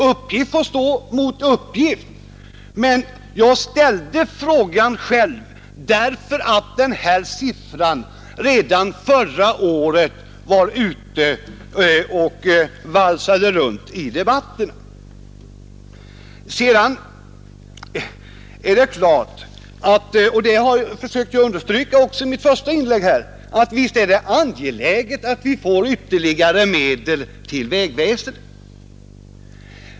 Uppgift får här stå mot uppgift, men jag framställde själv frågan därför att denna siffra redan förra året var ute och valsade runt i debatten. Visst är det — det försökte jag understryka i mitt första inlägg — angeläget att vi får ytterligare medel till vägväsendet.